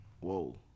Whoa